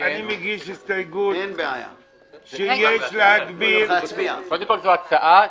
אני מגיש הסתייגות שיש --- קודם כל זו הצעה,